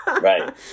right